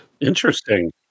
Interesting